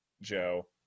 Joe